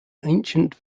ancient